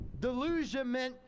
delusionment